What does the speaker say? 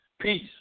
Peace